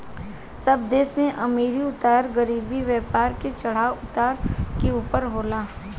सब देश में अमीरी अउर गरीबी, व्यापार मे उतार चढ़ाव के ऊपर होला